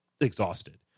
Exhausted